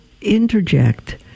interject